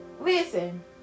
Listen